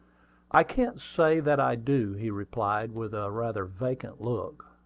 i can't say that i do, he replied, with a rather vacant look.